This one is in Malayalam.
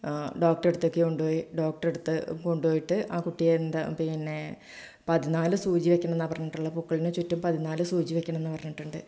ഡോക്ടറുടെ അടുത്തേക്ക് കൊണ്ടു പോയി ഡോക്ടറുടെ അടുത്തേക്ക് കൊണ്ടു പോയിട്ട് ആ കുട്ടിയെ എന്താ പിന്നെ പതിനാല് സൂചി വെക്കണം എന്നാണ് പറഞ്ഞിട്ടുള്ളത് പുക്കിളിന് ചുറ്റും പതിനാല് സൂചി വയ്ക്കണം എന്ന് പറഞ്ഞിട്ടുണ്ട്